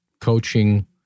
coaching –